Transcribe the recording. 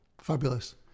fabulous